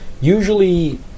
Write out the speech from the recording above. usually